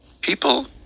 People